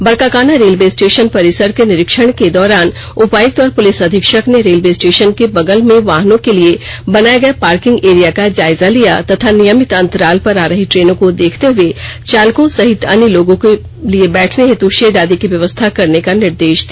Barkakana railway station परिसर के निरीक्षण के दौरान उपायक्त और पुलिस अधीक्षक ने रेलवे स्टेशन के बगल में वाहनों के लिए बनाए गए पार्किंग एरिया का जायजा लिया तथा नियमित अंतराल पर आ रही ट्रेनों को देखते हुए चालकों सहित अन्य लोगों के लिए बैठने हेतु शेड आदि की व्यवस्था करने का निर्देश दिया